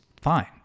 fine